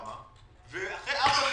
ואחרי 4,